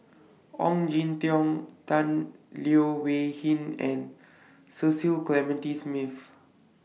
Ong Jin Teong Tan Leo Wee Hin and Cecil Clementi Smith